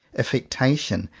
affectation,